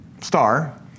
star